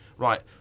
Right